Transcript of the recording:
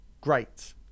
great